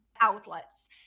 outlets